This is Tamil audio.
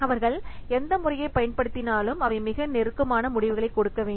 அவர்கள் எந்த முறையைப் பயன்படுத்தினாலும் அவை மிக நெருக்கமான முடிவுகளைக் கொடுக்க வேண்டும்